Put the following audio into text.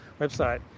website